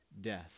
death